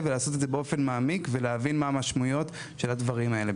ולעשת את זה באופן מעמיק ולהבין מה המשמעויות של הדרים האלה.